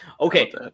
Okay